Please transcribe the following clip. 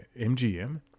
MGM